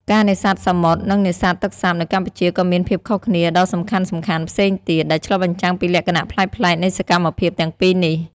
ការនេសាទសមុទ្រ និងនេសាទទឹកសាបនៅកម្ពុជាក៏មានភាពខុសគ្នាដ៏សំខាន់ៗផ្សេងទៀត ដែលឆ្លុះបញ្ចាំងពីលក្ខណៈប្លែកៗនៃសកម្មភាពទាំងពីរនេះ។